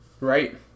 Right